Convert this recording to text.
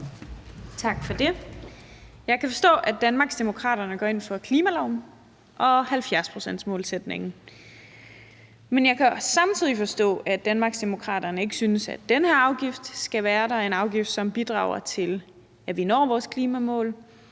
Tak for det. Jeg kan forstå, at Danmarksdemokraterne går ind for klimaloven og 70-procentsmålsætningen. Men jeg kan samtidig forstå, at Danmarksdemokraterne ikke synes, at den her afgift skal være der – en afgift, som bidrager til, at vi når vores klimamål.